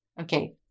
Okay